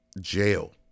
jail